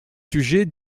sujets